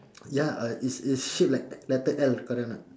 ya uh is is shaped like letter L correct or not